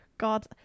God